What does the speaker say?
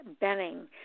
Benning